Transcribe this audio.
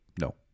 no